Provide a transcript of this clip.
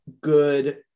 good